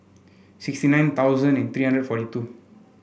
sixty nine thousand and three hundred forty two